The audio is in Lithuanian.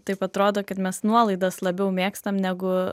taip atrodo kad mes nuolaidas labiau mėgstam negu